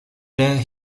der